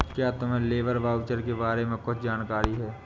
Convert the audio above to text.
क्या तुम्हें labour voucher के बारे में कुछ जानकारी है?